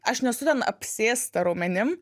aš nesu ten apsėsta raumenim